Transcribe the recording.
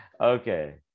okay